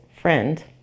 friend